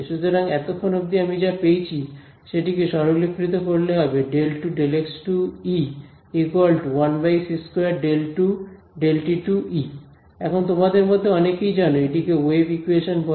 সুতরাং এতক্ষণ অব্দি আমি যা পেয়েছি সেটাকে সরলীকৃত করলে হবে ∂2∂x2E 1c2 ∂2 ∂t2E এখন তোমাদের মধ্যে অনেকেই জানো এটিকে ওয়েভ ইকুয়েশন বলে